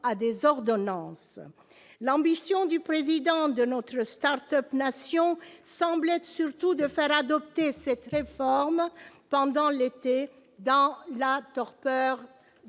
des ordonnances. Très bien ! L'ambition du président de notre « start-up nation » semble surtout être de faire adopter cette réforme pendant l'été, dans la torpeur du